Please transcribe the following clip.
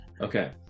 Okay